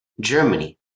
Germany